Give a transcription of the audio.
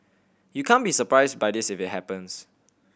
you can't be surprised by this if it happens